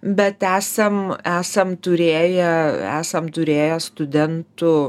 bet esam esam turėję esam turėję studentų